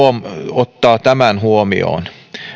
ottaa tämän huomioon